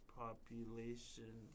population